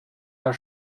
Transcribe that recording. herr